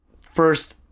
first